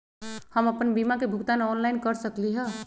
हम अपन बीमा के भुगतान ऑनलाइन कर सकली ह?